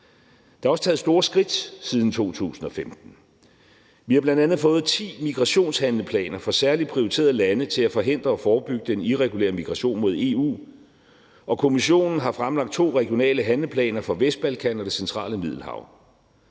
Der er også taget store skridt siden 2015. Vi har bl.a. fået ti migrationshandleplaner for særligt prioriterede lande til at forhindre og forebygge den irregulære migration mod EU, og Kommissionen har fremlagt to regionale handleplaner for Vestbalkan og det centrale Middelhav.